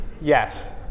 Yes